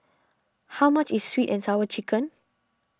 how much is Sweet and Sour Chicken